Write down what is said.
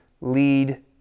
lead